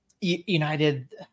United